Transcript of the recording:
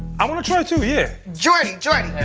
i wanna try too, yeah. jordi, jordi.